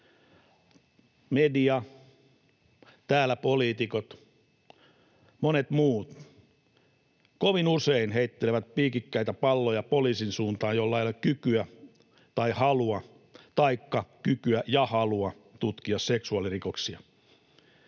Media, täällä poliitikot sekä monet muut kovin usein heittelevät piikikkäitä palloja poliisin suuntaan, jolla ei ole kykyä tai halua — taikka kykyä ja halua — tutkia seksuaalirikoksia.